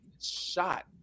Shot